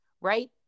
right